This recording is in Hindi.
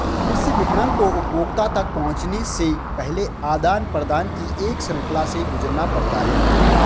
कृषि विपणन को उपभोक्ता तक पहुँचने से पहले आदान प्रदान की एक श्रृंखला से गुजरना पड़ता है